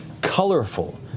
colorful